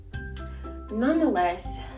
nonetheless